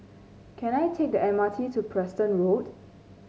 can I take the M R T to Preston Road